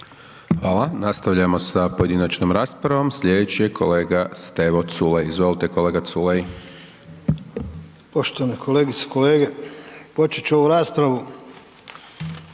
Hvala. Nastavljamo sa pojedinačnom raspravom, slijedeći je kolega Stevo Culej, izvolite kolega Culej. **Culej, Stevo (HDZ)** Poštovane kolegice i kolege, počet ću ovu raspravu